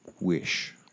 wish